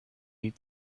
meet